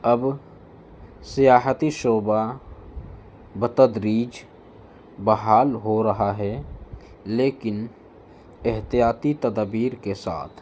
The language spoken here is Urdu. اب سیاحتی شعبہ بہ تدریج بحال ہو رہا ہے لیکن احتیاطی تدابیر کے ساتھ